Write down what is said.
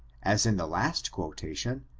as in the last quotation,